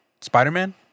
Spider-Man